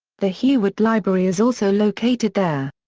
the heyward library is also located there.